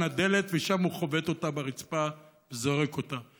הדלת ושם הוא חובט אותה ברצפה וזורק אותה.